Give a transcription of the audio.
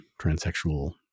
transsexual